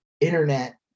internet